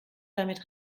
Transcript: damit